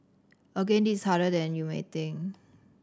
again this is harder than you may think